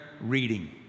reading